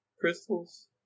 Crystals